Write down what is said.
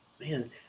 Man